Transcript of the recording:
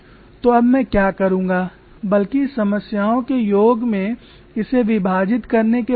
तो अब मैं क्या करूँगा बल्कि समस्याओं के योग में इसे विभाजित करने के बजाय